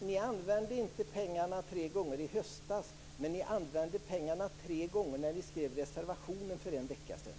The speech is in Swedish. Fru talman! Nej, ni använde inte pengarna tre gånger i höstas, men ni använde pengarna tre gånger när ni skrev reservationen för en vecka sedan.